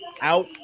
out